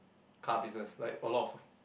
car business like a lot of